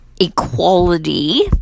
equality